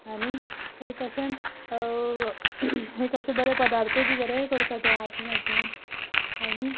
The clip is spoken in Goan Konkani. आनी एक अशें एक अशें बरे प्रदार्थूय बी बरे करता ते हांसून हांसून आनी